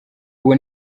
ubu